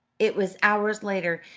it was hours later,